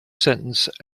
sentence